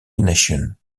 nation